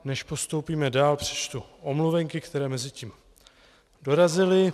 Než postoupíme dál, přečtu omluvenky, které mezitím dorazily.